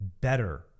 better